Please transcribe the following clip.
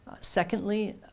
Secondly